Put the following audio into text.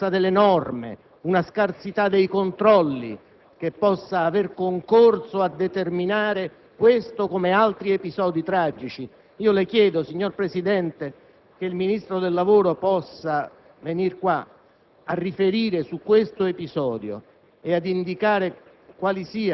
Esiste una ragione? L'incuria, l'inosservanza delle norme o la scarsità dei controlli possono aver concorso a determinare questo come altri episodi tragici? Le chiedo, signor Presidente, che il Ministro del lavoro venga in Aula